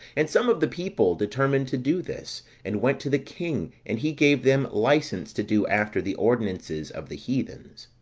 and some of the people determined to do this, and went to the king and he gave them license to do after the ordinances of the heathens.